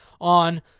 on